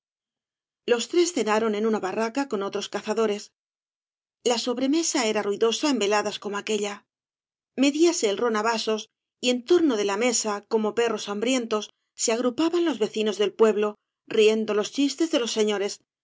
los tres cenaron en una barraca con otros cazadores la bobremesa era ruidosa en veladas como aquélla mediase el ron á vasos y en torno de la mesa como perros hambrientos se agrupaban loa vecinos del pueblo riendo los chistes de los señores